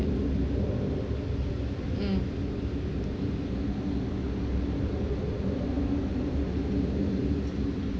mm